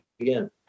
again